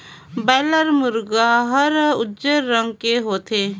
boiler मुरगा हर उजर रंग के होथे